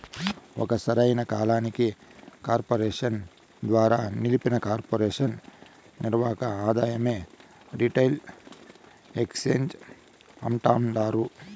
ఇక సరైన కాలానికి కార్పెరేషన్ ద్వారా నిలిపిన కొర్పెరేషన్ నిర్వక ఆదాయమే రిటైల్ ఎర్నింగ్స్ అంటాండారు